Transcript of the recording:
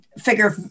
figure